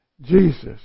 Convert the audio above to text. Jesus